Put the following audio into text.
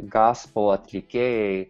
gaspo atlikėjai